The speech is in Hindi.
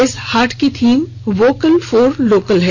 इस हाट की थीम वोकल फॉर लोकल है